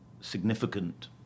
significant